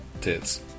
tits